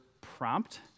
prompt